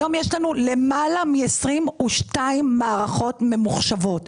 היום יש לנו למעלה מ-22 מערכות ממוחשבות.